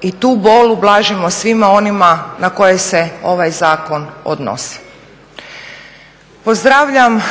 i tu bol ublažimo svima onima na koje se ovaj zakon odnosi. Pozdravljam